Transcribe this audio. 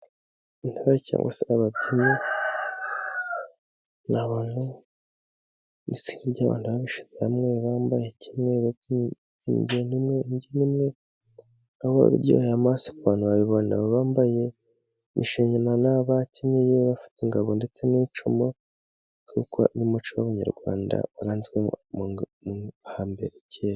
Intore cyangwa se ababyinnyi: n'itsinda ry'abantu bishyize hamwe, bambaye kimwe, babyina imbyino imwe, abo baba baryoheye amaso ku bantu babibona, bambaye imishanana, abakenyeye, bafata ingabo ndetse n'icumu kuko n'umuco w'abanyarwanda uranzwemo hambere kera.